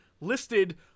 listed